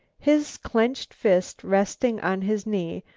his clenched fist resting on his knee,